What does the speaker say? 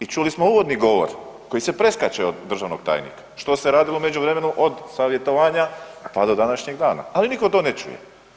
I čuli smo uvodni govor koji se preskače od državnog tajnika, što se radilo u međuvremenu od savjetovanja pa do današnjeg dana, ali nitko to ne čuje.